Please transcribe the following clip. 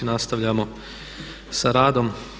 Nastavljamo sa radom.